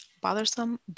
Bothersome